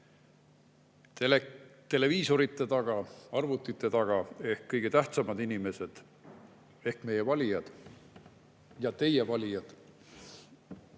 televiisorite ja arvutite taga ehk kõige tähtsamad inimesed, meie valijad ja teie valijad!